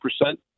percent